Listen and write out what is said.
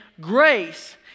grace